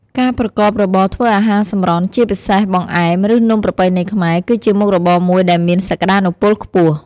ការប្រកបរបរធ្វើអាហារសម្រន់ ជាពិសេសបង្អែម ឬនំប្រពៃណីខ្មែរ គឺជាមុខរបរមួយដែលមានសក្ដានុពលខ្ពស់។